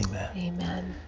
amen.